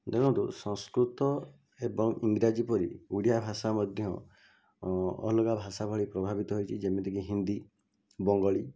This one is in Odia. ଦେଖନ୍ତୁ ସଂସ୍କୃତ ଏବଂ ଇଂରାଜୀ ପରି ଓଡ଼ିଆ ଭାଷା ମଧ୍ୟ ଅଲଗା ଭାଷା ଭଳି ପ୍ରଭାବିତ ହୋଇଛି ଯେମିତିକି ହିନ୍ଦୀ ବଙ୍ଗାଳୀ